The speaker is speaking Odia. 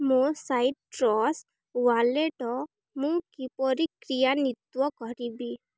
ମୋ ସାଇଟ୍ରସ୍ ୱାଲେଟ୍ ମୁଁ କିପରି କ୍ରିୟାନ୍ଵିତ କରିବି